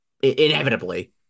inevitably